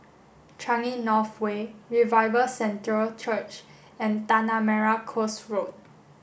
Changi North Way Revival Centre Church and Tanah Merah Coast Road